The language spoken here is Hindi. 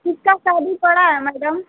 किसकी शादी पड़ा है मैडम